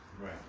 Right